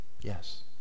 yes